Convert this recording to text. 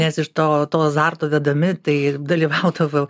nes iš to to azarto vedami tai dalyvaudavau